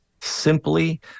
simply